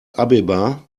abeba